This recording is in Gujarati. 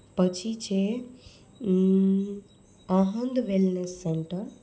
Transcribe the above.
પછી છે અહંદ વેલનેસ સેન્ટર